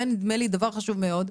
זה נדמה לי דבר חשוב מאוד.